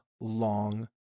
long